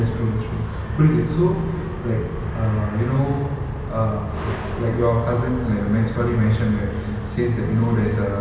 that's true that's true புரியுது:puriuthu so like err you know err like your cousin like the men~ story you mentioned right says that you know there's a